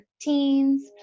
teens